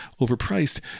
overpriced